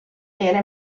era